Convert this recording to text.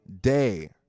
day